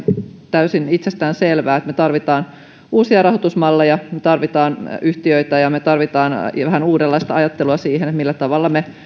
täysin itsestäänselvää että me tarvitsemme uusia rahoitusmalleja me tarvitsemme yhtiöitä ja ja me tarvitsemme vähän uudenlaista ajattelua siihen millä tavalla